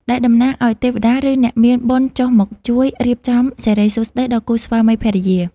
ដែលតំណាងឱ្យទេវតា ឬអ្នកមានបុណ្យចុះមកជួយរៀបចំសិរីសួស្តីដល់គូស្វាមីភរិយា។